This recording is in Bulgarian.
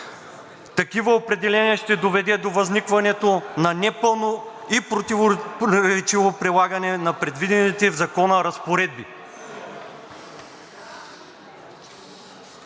такива определения ще доведе до възникването на непълно и противоречиво прилагане на предвидените в Закона разпоредби.“